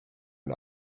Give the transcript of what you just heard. and